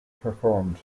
performed